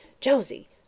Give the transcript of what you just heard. Josie